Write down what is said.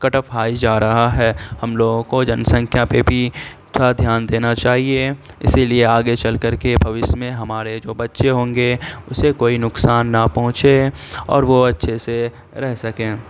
کٹ off high جا رہا ہے ہم لوگوں کو جن سنکھیا پہ بھی تھوڑا دھیان دینا چاہیے اسی لیے آگے چل کر کے بھوشیہ میں ہمارے جو بچے ہوں گے اسے کوئی نقصان نہ پہنچے اور وہ اچھے سے رہ سکیں